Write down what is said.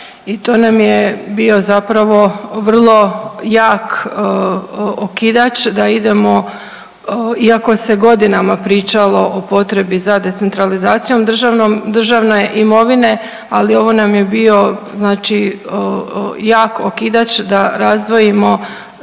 i to nam je bio zapravo vrlo jak okidač da idemo iako se godinama pričalo o potrebi za decentralizacijom državne imovine, ali ovo nam je bio znači jak okidač da razdvojimo